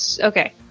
Okay